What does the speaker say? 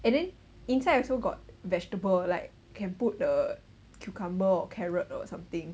and then inside also got vegetable like can put the cucumber or carrot or something